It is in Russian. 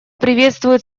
приветствует